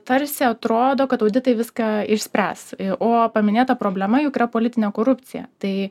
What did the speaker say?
tarsi atrodo kad auditai viską išspręs o paminėta problema juk yra politinė korupcija tai